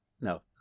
No